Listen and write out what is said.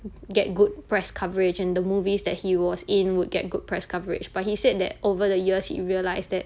get good press coverage and the movies that he was in would get good press coverage but he said that over the years he realised that